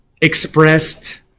expressed